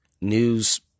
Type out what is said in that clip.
News